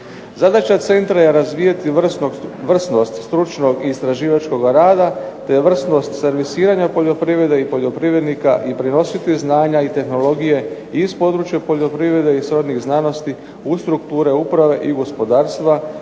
Zadaća centra razvijati vrsnost stručnog istraživačkoga rada, te vrsnost servisiranja poljoprivrede i poljoprivrednika i prenositi znanja i tehnologije iz područja poljoprivrede i srodnih znanosti u strukture uprave i gospodarstva